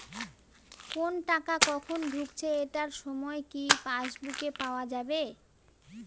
কোনো টাকা কখন ঢুকেছে এটার সময় কি পাসবুকে পাওয়া যাবে?